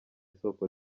isoko